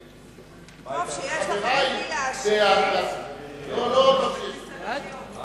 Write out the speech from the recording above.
טוב שיש לכם את מי להאשים בכשלים שלכם.